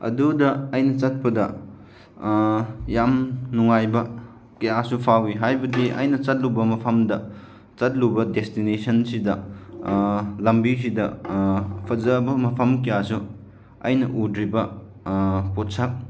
ꯑꯗꯨꯗ ꯑꯩꯅ ꯆꯠꯄꯗ ꯌꯥꯝ ꯅꯨꯡꯉꯥꯏꯕ ꯀꯌꯥꯁꯨ ꯐꯥꯎꯏ ꯍꯥꯏꯕꯗꯤ ꯑꯩꯅ ꯆꯠꯂꯨꯕ ꯃꯐꯝꯗ ꯆꯠꯂꯨꯕ ꯗꯦꯁꯇꯤꯅꯦꯁꯟꯁꯤꯗ ꯂꯝꯕꯤꯁꯤꯗ ꯐꯖꯕ ꯃꯐꯝ ꯀꯌꯥꯁꯨ ꯑꯩꯅ ꯎꯗ꯭ꯔꯤꯕ ꯄꯣꯠꯁꯛ